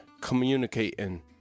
communicating